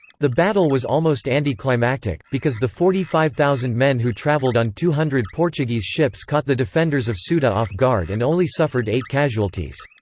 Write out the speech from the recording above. the battle was almost anti-climactic, because the forty five thousand men who traveled on two hundred portuguese ships caught the defenders of ceuta off guard and only suffered eight casualties.